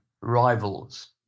rivals